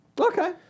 Okay